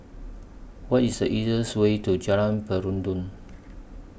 What IS The easiest Way to Jalan Peradun